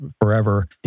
forever